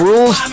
Rules